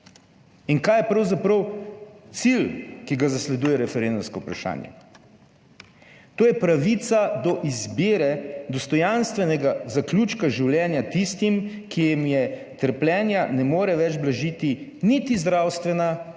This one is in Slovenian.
In kaj je pravzaprav cilj, ki ga zasleduje referendumsko vprašanje? To je pravica do izbire dostojanstvenega zaključka življenja tistim, ki jim je trpljenja ne more več blažiti niti zdravstvena